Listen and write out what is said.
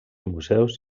museus